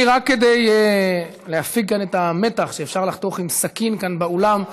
רק כדי להפיג כאן את המתח שאפשר לחתוך עם סכין כאן באולם.